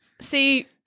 See